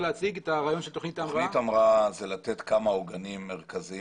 תוכנית המראה זה לתת כמה עוגנים מרכזיים